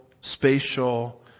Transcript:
spatial